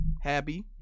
Happy